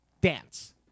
dance